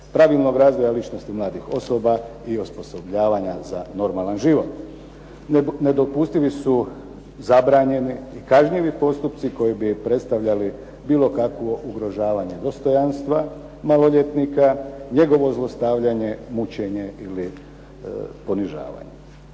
pravilnog razvoja ličnosti mladih osoba i osposobljavanja za normalan život. Nedopustivi su zabranjeni i kažnjivi postupci koji bi predstavljali bilo kakvo ugrožavanje dostojanstva maloljetnika, njegovo zlostavljanje, mučenje ili ponižavanje.